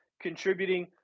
contributing